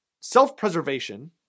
Self-preservation